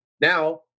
Now